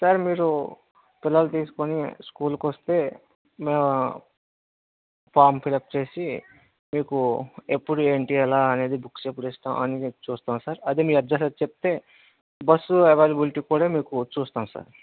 sir మీరు పిల్లలని తీసుకుని స్కూల్ కి వస్తే మా ఫారం ఫిలప్ చేసి మీకు ఎప్పుడు ఏంటి ఎలా అనేది బుక్స్ ఎప్పుడు ఇస్తాం అని చూస్తాం సార్ అది మీరు అడ్రస్ చెప్తే బస్సు అవైలబులిటీ కూడా మీకు చూస్తాం సార్